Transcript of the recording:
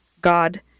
God